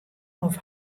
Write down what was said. oft